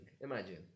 imagine